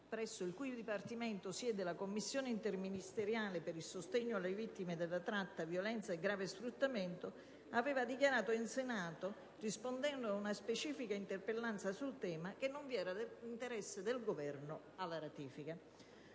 presso il cui Dipartimento siede la commissione interministeriale per il sostegno alle vittime della tratta, della violenza e del grave sfruttamento, aveva dichiarato in Senato, rispondendo ad una specifica interpellanza sul tema, che non vi era interesse del Governo alla ratifica.